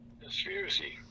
conspiracy